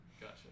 Gotcha